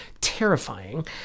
terrifying